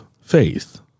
faith